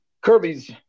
Kirby's